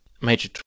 major